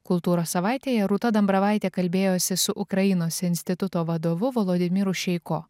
kultūros savaitėje rūta dambravaitė kalbėjosi su ukrainos instituto vadovu volodimiru šeiko